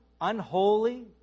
unholy